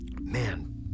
man